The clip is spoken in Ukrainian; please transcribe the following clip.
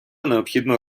необхідно